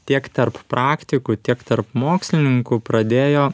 tiek tarp praktikų tiek tarp mokslininkų pradėjo